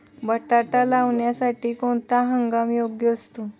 बटाटा लावण्यासाठी कोणता हंगाम योग्य असतो?